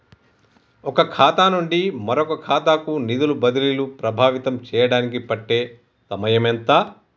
ఒక ఖాతా నుండి మరొక ఖాతా కు నిధులు బదిలీలు ప్రభావితం చేయటానికి పట్టే సమయం ఎంత?